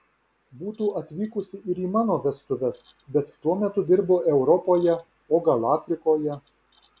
būtų atvykusi ir į mano vestuves bet tuo metu dirbo europoje o gal afrikoje